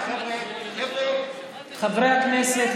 חברי הכנסת,